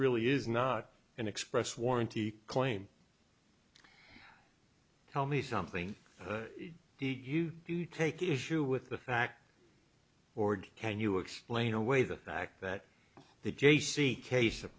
really is not an express warranty claim tell me something did you take issue with the fact org can you explain away the fact that the j c case